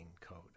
code